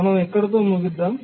మనం ఇక్కడితో ముగిద్దాం